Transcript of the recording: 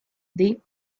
they